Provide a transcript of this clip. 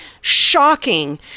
shocking